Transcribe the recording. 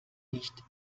nicht